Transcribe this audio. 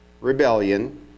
rebellion